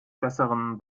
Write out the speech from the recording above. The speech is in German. besseren